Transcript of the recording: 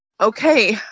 Okay